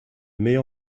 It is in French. meilleur